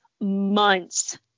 months